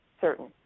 certain